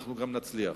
אנחנו נצליח.